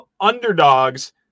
underdogs